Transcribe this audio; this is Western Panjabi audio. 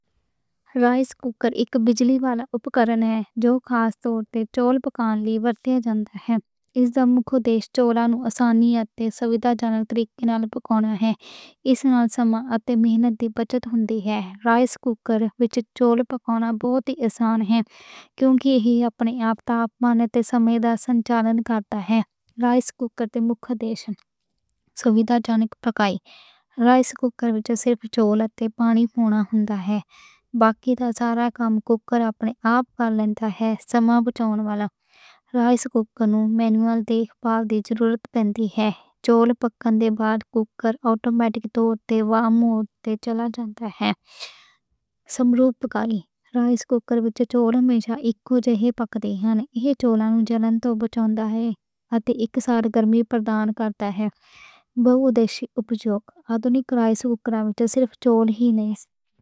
رائس کوکر ایک بجلی والا اوپکرن ہے۔ جو خاص طور تے چاول پکاؤن لئی ورتیا جاندا ہے۔ اِس دا مکھ مقصد چاول نوں آسانی اتے سویدھا جنک طریقے نال پکانا ہے۔ اِس نال سماں اتے محنت دی بچت ہوندی ہے۔ رائس کوکر وِچ چاول پکانا بہت آسان ہے۔ کیونکہ ایہہ اپنے آپ تاپمان تے سمیں دا سنچالن کردا ہے۔ رائس کوکر دا مکھ مقصد سویدھا جنک پکائی ہے۔ رائس کوکر وِچ صرف چاول تے پانی پاؤنا ہوندا ہے۔ باقی تاں سارا کم کوکر اپنے آپ پاٙؤندا ہے۔ سماں بچاؤن والا رائس کوکر نوں مینول دیکھ بھال دی لوڑ نہیں پَندی۔ چاول پَکّن دے بعد کوکر آٹومیٹک طور تے وارم موڈ تے چلا جاندا ہے۔ سَمرُوپ پکائی وِچ رائس کوکر وِچ چاول ہمیشہ اِکو جہے پَکدے ہن۔ ایہہ چاول نوں جلّن توں بچاؤندا ہے۔ اتے اِکسار گرمی پردان کردا ہے۔ بہو-اُپیوگ اَدھونِک رائس کوکروں وِچ صرف چاول ہی نہیں پَکّے جاندے۔